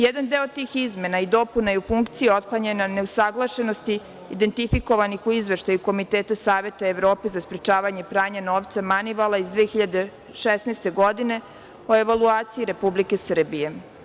Jedan deo tih izmena i dopuna je u funkciji otklanjanja neusaglašenosti identifikovanih u Izveštaju Komiteta Saveta Evrope za sprečavanje pranja novca Manivala iz 2016. godine o evaluaciji Republike Srbije.